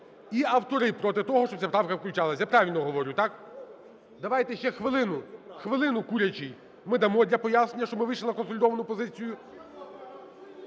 і автори проти того, щоб ця правка включалась. Я правильно говорю, так? Давайте ще хвилину, хвилину Курячий, ми дамо для пояснення, щоб ми вийшли на консолідовану позицію.